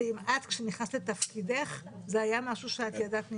ואם כשאת נכנסת לתפקידך זה היה משהו שידעת עליו.